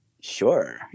sure